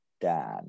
Dan